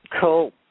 Cool